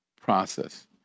process